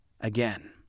again